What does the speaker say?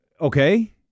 okay